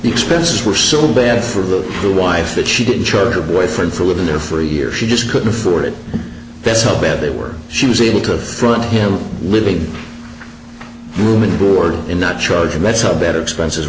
expenses were so bad for the poor wife that she didn't charge her boyfriend for living there for a year she just couldn't afford it that's how bad they were she was able to run him living room and board in that charge and that's a better expenses